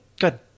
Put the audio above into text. Good